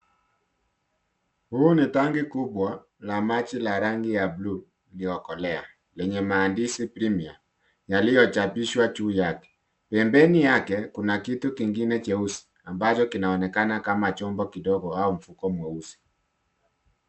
Huu ni tanki kubwa la maji la rangi ya bluu iliyokolea lenye maandishi Premier yaliyochapishwa juu yake. Pembeni yake, kuna kitu kingine cheusi ambacho kinaonekana kama chombo kidogo au mfuko mweusi.